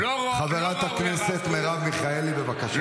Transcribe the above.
חברת הכנסת מרב מיכאלי, בבקשה.